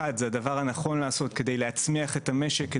זה הדבר הנכון כדי להצמיח את המשק,